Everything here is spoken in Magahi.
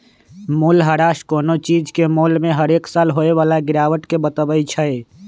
मूल्यह्रास कोनो चीज के मोल में हरेक साल होय बला गिरावट के बतबइ छइ